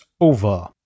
over